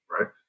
right